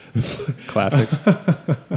Classic